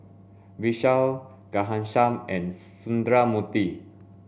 Vishal Ghanshyam and Sundramoorthy